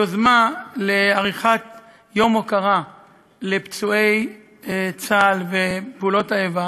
היוזמה לעריכת יום הוקרה לפצועי צה"ל ופעולות האיבה